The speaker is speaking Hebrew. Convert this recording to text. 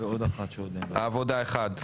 העבודה אחד.